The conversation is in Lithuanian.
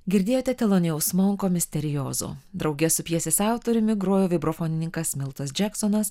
girdėjote telonijaus monko misterijozo drauge su pjesės autoriumi grojo vibrofonininkas miltas džeksonas